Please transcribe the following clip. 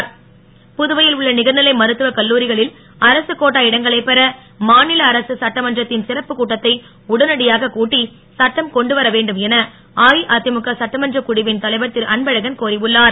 அன்பழகன் புதுவையில் உள்ள நிகர்நிலை மருத்துவக் கல்லூரிகளில் அரசுக் கோட்டா இடங்களைப் பெற மாநில அரசு சட்டமன்றத்தின் சிறப்புக் கூட்டத்தை உடனடியாக கூட்டி சட்டம் கொண்டு வர வேண்டும் என அஇஅதிமுக சட்டமன்றக் குழுவின் தலைவர் இரு அன்பழகன் கோரி உள்ளார்